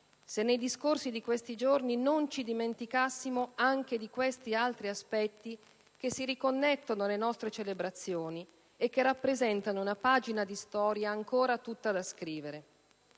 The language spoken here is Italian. se nei discorsi di questi giorni non ci dimenticassimo anche di questi altri aspetti che si riconnettono alle nostre celebrazioni e che rappresentano una pagina di storia ancora tutta da scrivere.